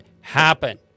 happen